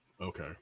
okay